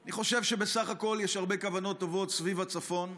אני חושב שבסך הכול יש הרבה כוונות טובות סביב הצפון.